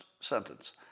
sentence